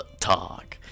talk